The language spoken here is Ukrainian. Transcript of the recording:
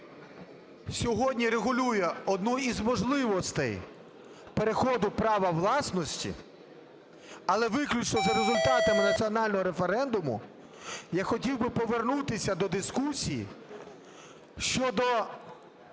сьогодні регулює одну із можливостей переходу права власності, але виключно за результатами національного референдуму, я хотів би повернутися до дискусії щодо